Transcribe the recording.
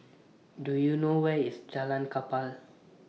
Do YOU know Where IS Jalan Kapal